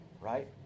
right